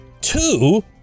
Two